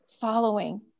following